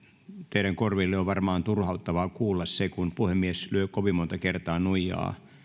teidän korvillenne on varmaan turhauttavaa kuulla kun puhemies lyö kovin monta kertaa nuijaa